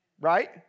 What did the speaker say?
Right